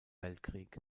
weltkrieg